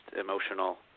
emotional